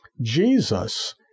Jesus